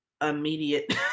immediate